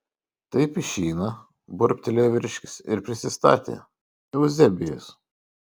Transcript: taip išeina burbtelėjo vyriškis ir prisistatė euzebijus